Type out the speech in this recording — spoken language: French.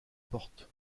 portes